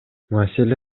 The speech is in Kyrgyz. маселе